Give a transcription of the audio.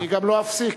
גם לא אפסיק.